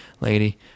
lady